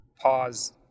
pause